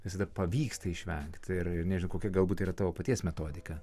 visada pavyksta išvengti ir nežinau kokia galbūt ir tavo paties metodika